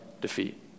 defeat